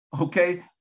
okay